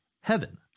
heaven